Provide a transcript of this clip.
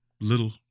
little